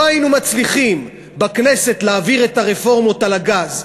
לא היינו מצליחים בכנסת להעביר את הרפורמות על הגז,